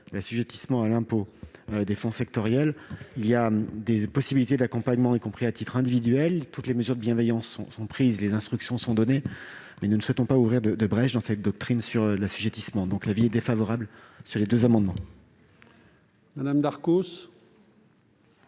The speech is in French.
d'assujettissement à l'impôt des fonds sectoriels. Il existe des possibilités d'accompagnement, y compris à titre individuel. Toutes les mesures de bienveillance sont prises, les instructions sont données, mais nous ne souhaitons pas ouvrir de brèche dans cette doctrine. Avis défavorable sur ces deux amendements. La parole